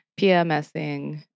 PMSing